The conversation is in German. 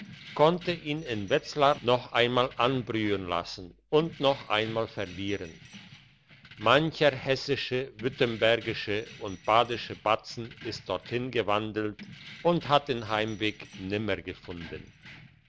konnte ihn in wetzlar noch einmal anbrühen lassen und noch einmal verlieren mancher hessische württembergische und badische batzen ist dorthin gewandelt und hat den heimweg nimmer gefunden